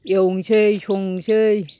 एवनोसै संनोसै